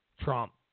Trump